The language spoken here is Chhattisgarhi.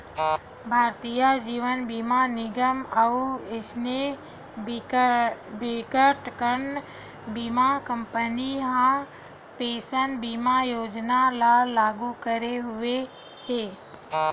भारतीय जीवन बीमा निगन अउ अइसने बिकटकन बीमा कंपनी ह पेंसन बीमा योजना ल लागू करे हुए हे